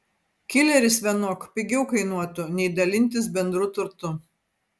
kileris vienok pigiau kainuotų nei dalintis bendru turtu